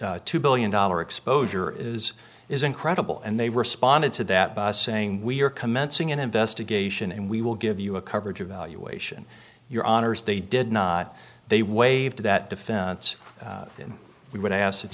point two billion dollar exposure is is incredible and they responded to that by saying we are commencing an investigation and we will give you a coverage evaluation your honour's they did not they waived that defense then we would ask that